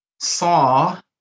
saw